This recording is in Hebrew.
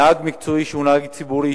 נהג מקצועי שהוא נהג רכב ציבורי,